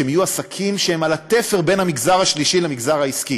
שהם יהיו עסקים שעל התפר בין המגזר השלישי למגזר העסקי.